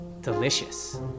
delicious